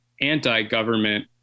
anti-government